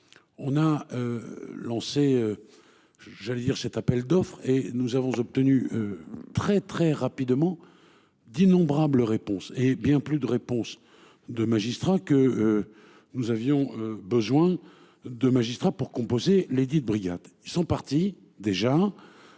On a. Lancé. J'allais dire cet appel d'offres et nous avons obtenu. Très très rapidement. D'innombrables réponse hé bien plus de réponse de magistrats que. Nous avions besoin de magistrats pour composer les dites brigades. Ils sont partis déjà.